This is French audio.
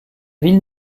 ville